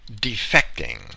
defecting